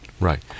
Right